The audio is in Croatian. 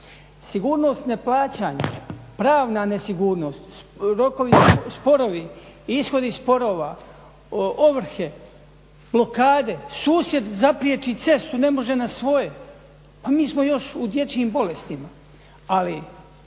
sigurnost, neplaćanje, pravna nesigurnost, rokovi, sporovi, ishodi sporova, ovrhe, blokade. Susjed zapriječi cestu ne može na svoje. Pa mi smo još u dječjim bolestima.